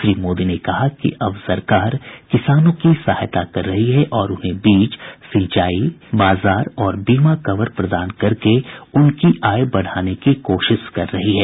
श्री मोदी ने कहा कि अब सरकार किसानों की सहायता कर रही है और उन्हें बीज सिंचाई सुविधा बाजार और बीमा कवर प्रदान करके उनकी आय बढ़ाने की कोशिश कर रही है